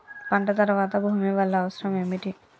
పంట తర్వాత భూమి వల్ల అవసరం ఏమిటి?